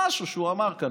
משהו שהוא אמר כאן,